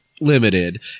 Limited